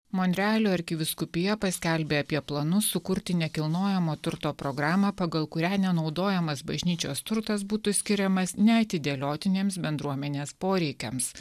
monrealio arkivyskupija paskelbė apie planus sukurti nekilnojamo turto programą pagal kurią nenaudojamas bažnyčios turtas būtų skiriamas neatidėliotiniems bendruomenės poreikiams